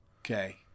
Okay